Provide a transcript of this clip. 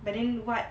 but then what